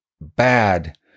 bad